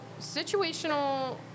situational